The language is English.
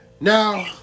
Now